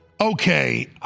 Okay